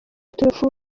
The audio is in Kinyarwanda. turufu